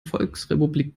volksrepublik